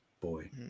boy